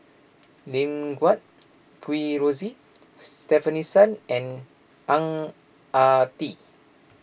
Lim Guat Kheng Rosie Stefanie Sun and Ang Ah Tee